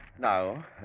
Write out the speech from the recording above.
Now